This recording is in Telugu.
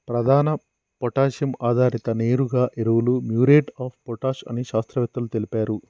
ప్రధాన పొటాషియం ఆధారిత నేరుగా ఎరువులు మ్యూరేట్ ఆఫ్ పొటాష్ అని శాస్త్రవేత్తలు తెలిపారు